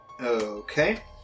Okay